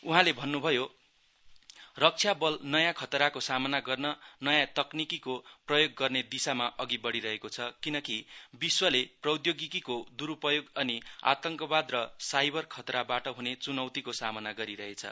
वहाँले भन्नुभयो रक्षा बल नयाँ खतराको सामना गर्न नयाँ तकनिकीको प्रयोग गर्ने दिशामा अघि बढिरहेको छ किनकी विश्वले प्रौद्योगिकीको दुरूपयोग अनि आतङ्कवाद र साइबर खतराबाट हुने चुनौतीको सामना गरिरहेछ